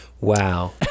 Wow